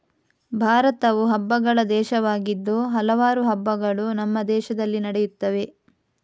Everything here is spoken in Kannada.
ಭಾರತವು ಹಬ್ಬಗಳ ದೇಶವಾಗಿದ್ದು ಹಲವಾರು ಹಬ್ಬಗಳು ನಮ್ಮ ದೇಶದಲ್ಲಿ ನಡೆಯುತ್ತವೆ